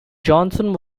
johnson